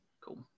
cool